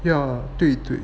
ya 对对